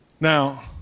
Now